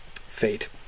fate